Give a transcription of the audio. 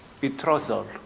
betrothal